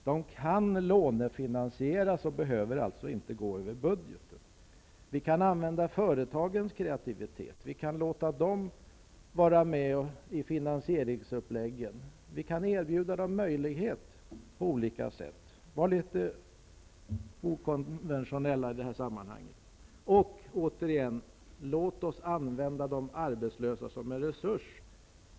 De kan lånefinansieras och behöver alltså inte gå över budgeten. Vi kan använda företagens kreativitet. Vi kan låta företagen vara med i finansieringsupplägget. Vi kan erbjuda dem möjligheter på olika sätt, vara litet okonventionella i detta sammanhang. Låt oss använda de arbetslösa som en resurs.